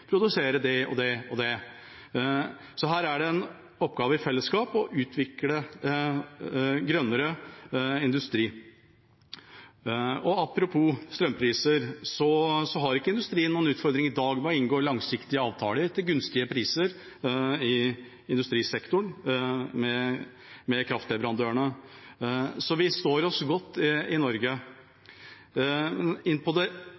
produsere det og det, så her er det en oppgave i fellesskap å utvikle grønnere industri. Apropos strømpriser: Industrien har ikke noen utfordring i dag med å inngå langsiktige avtaler til gunstige priser i industrisektoren med kraftleverandørene, så vi står oss godt i Norge. Når det gjelder det regionale samarbeidet, er det den rene energien vi skal utvikle mer av i